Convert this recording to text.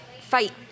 fight